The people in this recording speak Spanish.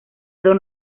don